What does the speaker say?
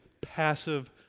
passive